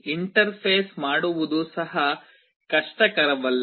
ಈಗ ಇಂಟರ್ಫೇಸ್ ಮಾಡುವುದು ಸಹ ಕಷ್ಟಕರವಲ್ಲ